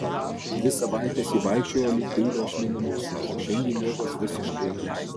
dvi savaites ji vaikščiojo lyg peilio ašmenimis o šiandien jėgos visiškai apleido